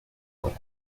obra